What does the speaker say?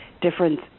difference